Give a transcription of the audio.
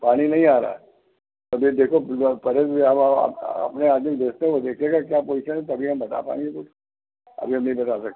पानी नहीं आ रहा है तो फिर देखो अपने आदमी को भेजते हैं वह देखेगा क्या पॉजीसन है तभी हम बता पाऍंगे कुछ अभी हम नहीं बता सकते